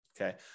okay